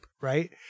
right